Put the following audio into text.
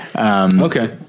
Okay